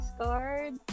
card